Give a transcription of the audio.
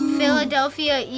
Philadelphia